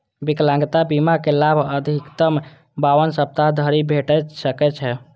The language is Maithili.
विकलांगता बीमाक लाभ अधिकतम बावन सप्ताह धरि भेटि सकै छै